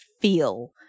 feel